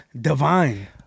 divine